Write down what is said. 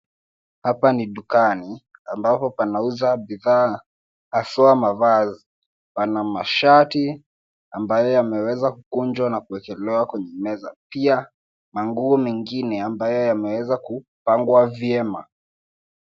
Hapa ni dukani ambapo panauzwa bidhaa haswa mavazi. Pana mashati ambayo yameweza kukunjwa na kuwekelewa kwenye meza. Pia manguo mengine ambayo yameweza kupangwa vyema.